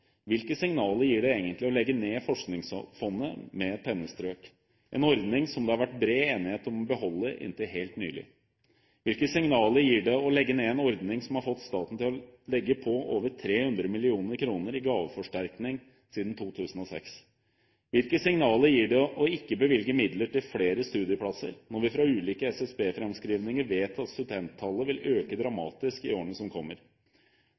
Hvilke signaler gir det egentlig å legge ned Forskningsfondet med et pennestrøk, en ordning som det har vært bred enighet om å beholde inntil helt nylig? Hvilke signaler gir det å legge ned en ordning som har fått staten til å legge på over 300 mill. kr i gaveforsterkning siden 2006? Hvilke signaler gir det å ikke bevilge midler til flere studieplasser når vi fra ulike SSB-framskrivninger vet at studenttallet vil øke dramatisk i årene som kommer?